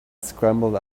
scrambled